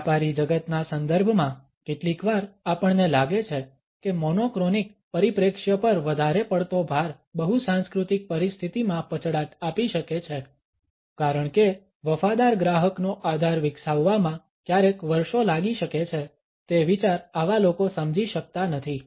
વ્યાપારી જગતના સંદર્ભમાં કેટલીકવાર આપણને લાગે છે કે મોનોક્રોનિક પરિપ્રેક્ષ્ય પર વધારે પડતો ભાર બહુસાંસ્કૃતિક પરિસ્થિતીમાં પછડાટ આપી શકે છે કારણ કે વફાદાર ગ્રાહકનો આધાર વિકસાવવામાં ક્યારેક વર્ષો લાગી શકે છે તે વિચાર આવા લોકો સમજી શકતા નથી